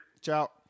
Ciao